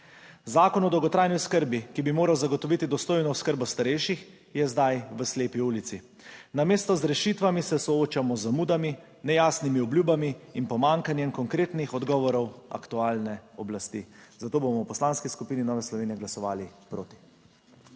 Zakon o dolgotrajni oskrbi, ki bi moral zagotoviti dostojno oskrbo starejših, je zdaj v slepi ulici. Namesto z rešitvami se soočamo z zamudami, nejasnimi obljubami in pomanjkanjem konkretnih odgovorov aktualne oblasti, zato bomo v Poslanski skupini Nove Slovenije glasovali proti.